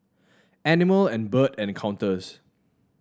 Animal and Bird Encounters